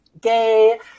gay